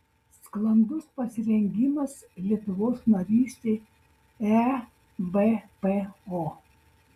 sklandus pasirengimas lietuvos narystei ebpo